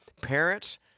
parents